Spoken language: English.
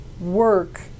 work